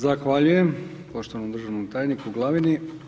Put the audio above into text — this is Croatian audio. Zahvaljujem poštovanom državnom tajniku Glavini.